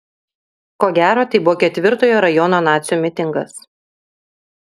ko gero tai buvo ketvirtojo rajono nacių mitingas